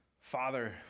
Father